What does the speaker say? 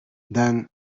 then